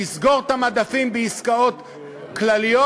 לסגור את המדפים בעסקאות כלליות,